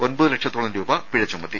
ഒൻപതു ലക്ഷത്തോളം രൂപ പിഴ ചുമത്തി